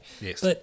Yes